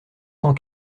cent